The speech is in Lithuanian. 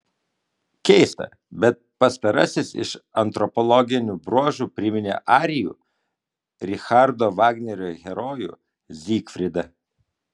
keista bet pastarasis iš antropologinių bruožų priminė arijų richardo vagnerio herojų zygfridą